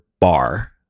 bar